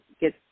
get